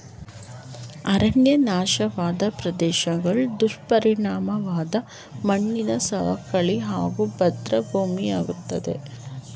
ಅರಣ್ಯ ನಾಶವಾದ್ ಪ್ರದೇಶ್ಗಳು ದುಷ್ಪರಿಣಾಮದ್ ಮಣ್ಣಿನ ಸವಕಳಿ ಹಾಗೂ ಬಂಜ್ರು ಭೂಮಿಯಾಗ್ತದೆ